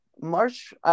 March –